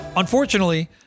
Unfortunately